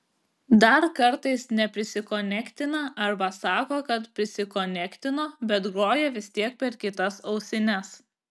dar kartais neprisikonektina arba sako kad prisikonektino bet groja vis tiek per kitas ausines